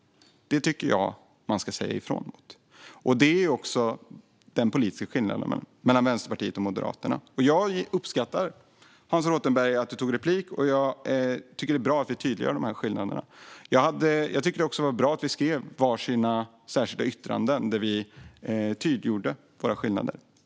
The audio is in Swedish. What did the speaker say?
Det tycker jag att vi ska säga ifrån mot. Det är också den politiska skillnaden mellan Vänsterpartiet och Moderaterna. Jag uppskattar att du begärde replik, Hans Rothenberg. Det är bra att vi tydliggör de här skillnaderna. Det är också bra att vi har skrivit var sitt särskilt yttrande där vi tydliggör våra skillnader.